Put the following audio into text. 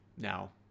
Now